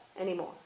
anymore